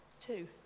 two